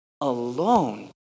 alone